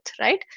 right